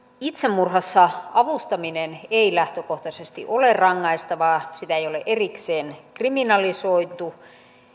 itsemurhassa avustaminen ei lähtökohtaisesti ole rangaistavaa sitä ei ole erikseen kriminalisoitu